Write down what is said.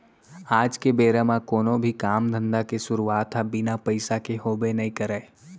आज के बेरा म कोनो भी काम धंधा के सुरूवात ह बिना पइसा के होबे नइ करय